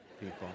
people